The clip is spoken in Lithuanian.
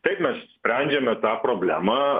taip mes sprendžiame tą problemą